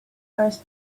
first